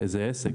זה עסק,